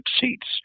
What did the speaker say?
seats